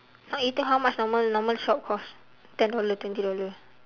so you think how much normal normal shop costs ten dollar twenty dollar